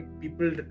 people